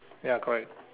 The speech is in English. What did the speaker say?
ya correct